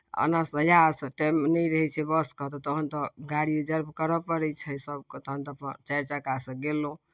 एनऽसँ इएह से टाइम नहि रहै छै बसके तखन तऽ गाड़ी रिजर्व करय पड़ै छै सभकेँ तखन तऽ अपन चारि चक्कासँ गेलहुँ